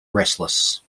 restless